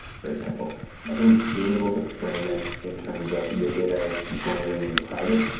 for example i think being able to frame it in terms of your data is going to remain private,